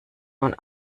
nun